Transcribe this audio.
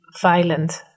violent